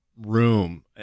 room